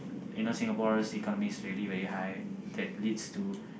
you know Singaporeans economy is really very high that leads to